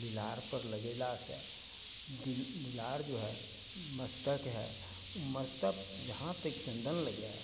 ललाटपर लगेलासँ दिन ललाट जे हइ मस्तक हइ उ मस्तक जहाँ तक चन्दन लगाय